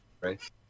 right